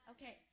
Okay